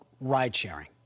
ride-sharing